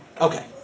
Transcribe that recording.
Okay